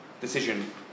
decision